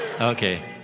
Okay